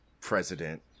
president